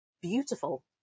beautiful